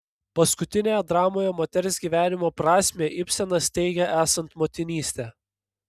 paskutinėje dramoje moters gyvenimo prasmę ibsenas teigia esant motinystę